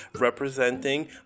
representing